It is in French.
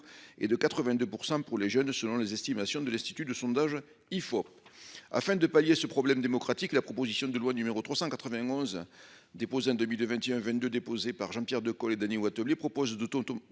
et de 82 % pour les jeunes, selon les estimations de l'institut de sondages IFOP afin de pallier ce problème démocratique, la proposition de loi numéro 391 déposer un demi de 21 22, déposé par Jean-Pierre de coller ou ateliers proposent de tonton